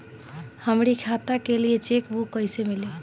हमरी खाता के लिए चेकबुक कईसे मिली?